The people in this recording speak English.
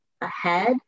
ahead